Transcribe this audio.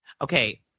Okay